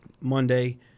Monday